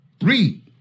Read